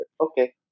Okay